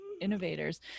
innovators